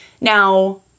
Now